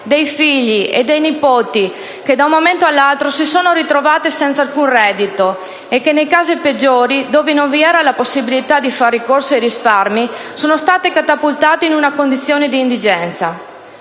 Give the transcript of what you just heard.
dei figli e dei nipoti che, da un momento all'altro, si sono ritrovate senza alcun reddito e che, nei casi peggiori in cui non vi era la possibilità di far ricorso ai risparmi, sono state catapultate in una condizione di indigenza.